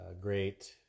great